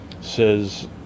says